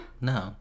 No